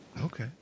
Okay